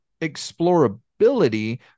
explorability